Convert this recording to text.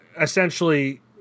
essentially